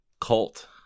cult